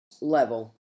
level